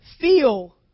feel